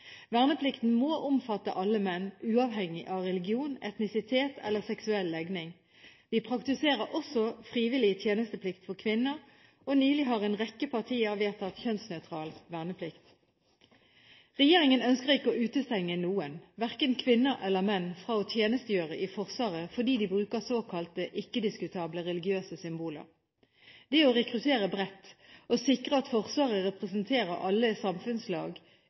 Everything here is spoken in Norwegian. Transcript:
Verneplikten må omfatte alle menn, uavhengig av religion, etnisitet eller seksuell legning. Vi praktiserer også frivillig tjenesteplikt for kvinner. Nylig har en rekke partier vedtatt kjønnsnøytral verneplikt. Regjeringen ønsker ikke å utestenge noen – verken kvinner eller menn – fra å tjenestegjøre i Forsvaret fordi de bruker såkalte ikke-diskutable religiøse symboler. Det å rekruttere bredt og sikre at Forsvaret representerer alle samfunnslag,